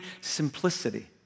simplicity